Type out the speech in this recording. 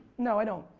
no, i don't.